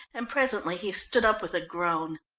and presently he stood up with a groan.